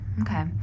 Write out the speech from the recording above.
okay